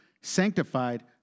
sanctified